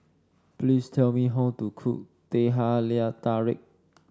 please tell me how to cook Teh Halia Tarik